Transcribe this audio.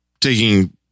taking